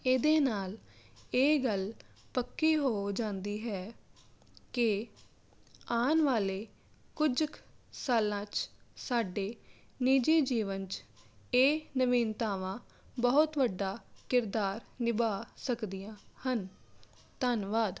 ਇਹਦੇ ਨਾਲ ਇਹ ਗੱਲ ਪੱਕੀ ਹੋ ਜਾਂਦੀ ਹੈ ਕਿ ਆਉਣ ਵਾਲੇ ਕੁਝ ਕੁ ਸਾਲਾਂ 'ਚ ਸਾਡੇ ਨਿੱਜੀ ਜੀਵਨ 'ਚ ਇਹ ਨਵੀਨਤਾਵਾਂ ਬਹੁਤ ਵੱਡਾ ਕਿਰਦਾਰ ਨਿਭਾ ਸਕਦੀਆਂ ਹਨ ਧੰਨਵਾਦ